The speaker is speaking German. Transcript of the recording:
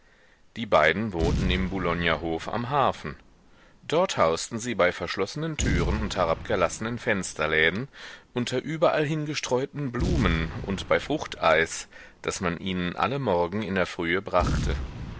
die beiden wohnten im boulogner hof am hafen dort hausten sie bei verschlossenen türen und herabgelassenen fensterläden unter überallhin gestreuten blumen und bei fruchteis das man ihnen alle morgen in der frühe brachte